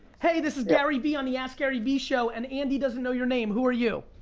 hey this is garyvee on the askgaryvee show and andy doesn't know your name. who are you?